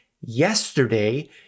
yesterday